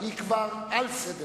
היא כבר על סדר-היום.